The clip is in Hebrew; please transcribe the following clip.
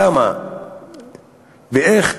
למה ואיך?